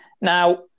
Now